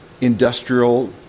industrial